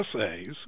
essays